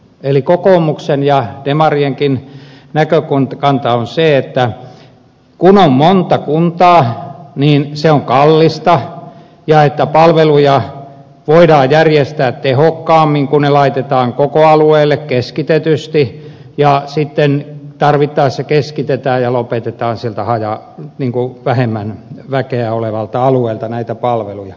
eli kokoomuksen ja demarienkin näkökanta on se että kun on monta kuntaa niin se on kallista ja että palveluja voidaan järjestää tehokkaammin kun ne laitetaan koko alueelle keskitetysti ja sitten tarvittaessa keskitetään ja lopetetaan siltä vähemmän väen alueelta näitä palveluja